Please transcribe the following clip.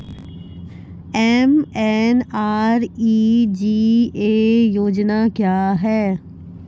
MNREGA योजना क्या हैं?